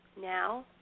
now